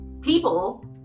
people